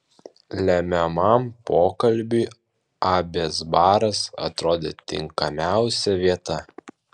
lemiamam pokalbiui abės baras atrodė tinkamiausia vieta